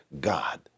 god